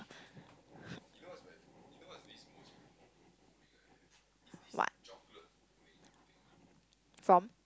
what from